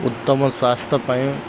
ଉତ୍ତମ ସ୍ୱାସ୍ଥ୍ୟ ପାଇଁ